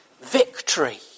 Victory